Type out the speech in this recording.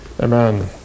Amen